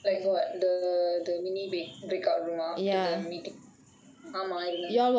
like what the the mini break up ah after the meeting ஆமா இருந்தேன்:aamaa irunthen